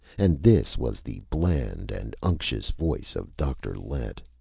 and this was the bland and unctuous voice of dr. lett.